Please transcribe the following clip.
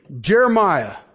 Jeremiah